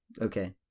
Okay